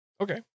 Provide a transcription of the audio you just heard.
Okay